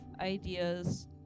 ideas